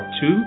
two